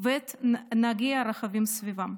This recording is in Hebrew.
ואת נהגי הרכבים סביבם.